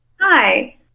Hi